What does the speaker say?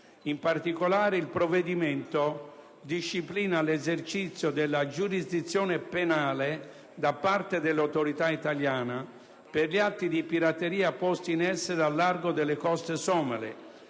In particolare, il provvedimento disciplina l'esercizio della giurisdizione penale da parte dall'autorità italiana per gli atti di pirateria posti in essere al largo delle coste somale,